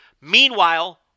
Meanwhile